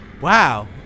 Wow